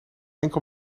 enkel